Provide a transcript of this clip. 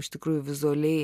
iš tikrųjų vizualiai